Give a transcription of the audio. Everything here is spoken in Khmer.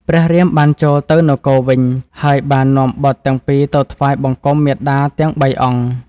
ព្រះរាមបានចូលទៅនគរវិញ ហើយបាននាំបុត្រទាំងពីរទៅថ្វាយបង្គំមាតាទាំងបីអង្គ។